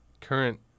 current